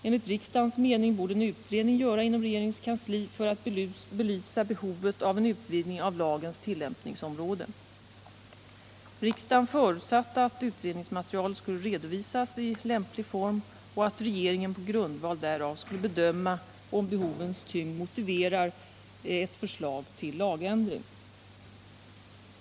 Enligt riksdagens mening borde en utredning göras inom regeringens kansli för att belysa behovet att utvidga lagens tillämpningsområde. Riksdagen förutsatte att utredningsmaterialet skulle redovisas i lämplig form och att regeringen på grundval därav skulle bedöma om behovens tyngd motiverar ett förslag till lagändring.